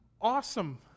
awesome